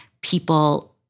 people